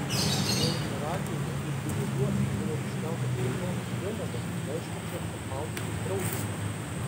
melnragėje ir giruliuose buvo iškeltos raudonos vėliavos reiškiančios kad maudytis draudžiama